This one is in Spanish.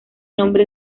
nombre